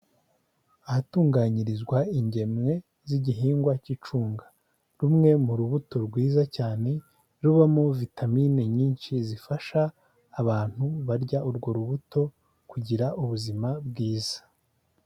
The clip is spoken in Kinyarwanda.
Ahatunganyirizwa ingemwe z'igihingwa cy'icunga, rumwe mu rubuto rwiza cyane rubamo vitamine nyinshi zifasha abantu barya urwo rubuto kugira ubuzima bwiza.